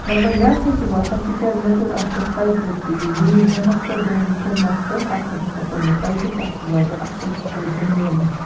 مطلب مےٚ سا چھُ باسان تِکیازِ مےٚ کوٚر اَتھ پٮ۪ٹھ تَجرُبہٕ تہِ یِم دوٗنۍ ہٮ۪نَس پٮ۪ٹھ ڈوٗنۍ کٕننَس پٮ۪ٹھ اَتھ پٮ۪ٹھ ہسا کوٚر مےٚ تَجرُبہٕ واریاہ اَصٕل فٲیدٕ میلان